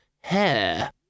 hair